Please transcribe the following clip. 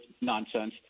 nonsense